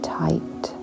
tight